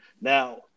Now